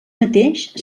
mateix